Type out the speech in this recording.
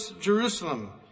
Jerusalem